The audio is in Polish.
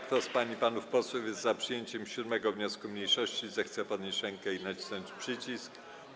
Kto z pań i panów posłów jest za przyjęciem 7. wniosku mniejszości, zechce podnieść rękę i nacisnąć przycisk.